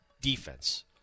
defense